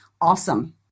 awesome